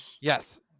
Yes